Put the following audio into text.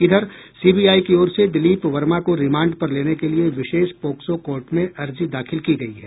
इधर सीबीआई की ओर से दिलीप वर्मा को रिमांड पर लेने के लिये विशेष पोक्सो कोर्ट में अर्जी दाखिल की गयी है